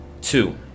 two